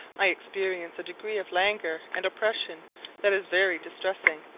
i experience a degree of languor and oppression that is very distressing,